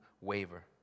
waver